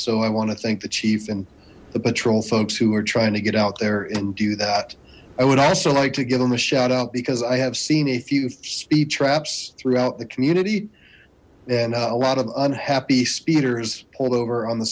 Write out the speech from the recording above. so i want to thank the chief and the patrol folks who are trying to get out there and do that i would also like to give them a shout out because i have seen a few speed traps throughout the community and a lot of unhappy speeders pulled over on the